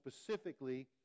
specifically